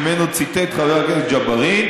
שממנו ציטט חבר הכנסת ג'בארין,